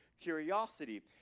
curiosity